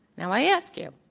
now, i ask you,